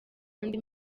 andi